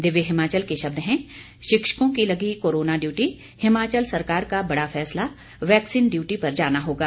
दिव्य हिमाचल के शब्द हैं शिक्षकों की लगी कोरोना ड्यूटी हिमाचल सकरार का बड़ा फैसला वैक्सीन डयूटी पर जाना होगा